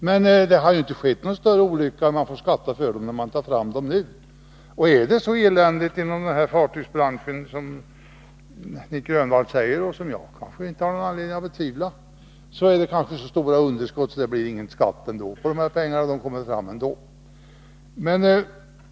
Men det har ju inte skett någon större olycka, när man tar fram dem och beskattar dem efter dessa tre år. Är det så eländigt inom fartygsbranschen som Nic Grönvall säger och som jag inte har anledning att betvivla, har man kanske så stora underskott att det ändå inte blir någon skatt på dessa pengar när de kommer fram.